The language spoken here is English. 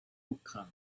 hookahs